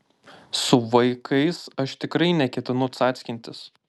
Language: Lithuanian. su vaikais aš tikrai neketinu cackintis